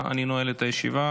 התקבלה בקריאה השנייה והשלישית,